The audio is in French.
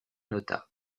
notable